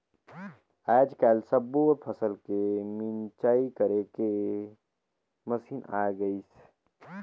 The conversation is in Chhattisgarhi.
आयज कायल सब्बो फसल के मिंजई करे के मसीन आये गइसे